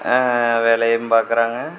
வேலையும் பார்க்கறாங்க